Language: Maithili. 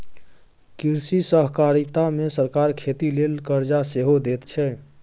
कृषि सहकारिता मे सरकार खेती लेल करजा सेहो दैत छै